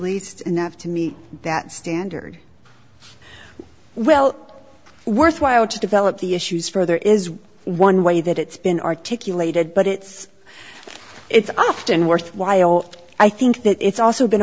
least enough to meet that standard well worthwhile to develop the issues further is one way that it's been articulated but it's it's often worthwhile i think that it's also been